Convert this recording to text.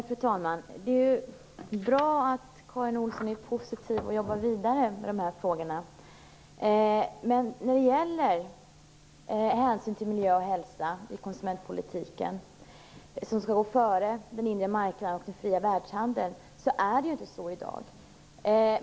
Fru talman! Det är bra att Karin Olsson är positiv och jobbar vidare med dessa frågor. Hänsynen till miljö och hälsa i konsumentpolitiken skall gå före den inre marknaden och den fria världshandeln, men så är det ju inte i dag.